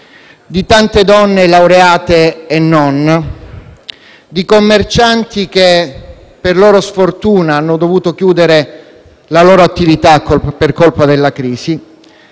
di tante donne, laureate e non, di commercianti, che per loro sfortuna hanno dovuto chiudere la loro attività per colpa della crisi,